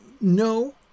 no